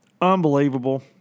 unbelievable